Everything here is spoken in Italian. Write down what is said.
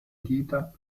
dita